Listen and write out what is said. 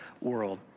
world